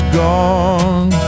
gone